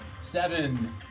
Seven